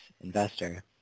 investor